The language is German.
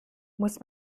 muss